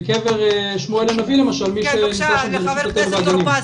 בקבר שמואל הנביא למשל מי שנמצא שם אלה רשות הטבע והגנים.